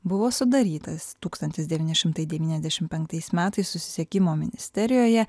buvo sudarytas tūkstantis devyni šimtai devyniasdešimt penktais metais susisiekimo ministerijoje